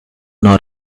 nor